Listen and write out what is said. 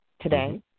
today